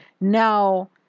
Now